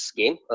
game